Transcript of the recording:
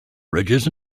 ridges